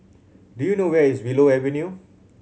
do you know where is Willow Avenue